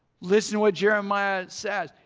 listen to what jeremiah says.